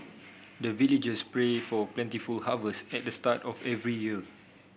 the villagers pray for plentiful harvest at the start of every year